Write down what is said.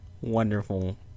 Wonderful